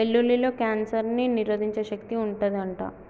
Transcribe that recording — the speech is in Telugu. వెల్లుల్లిలో కాన్సర్ ని నిరోధించే శక్తి వుంటది అంట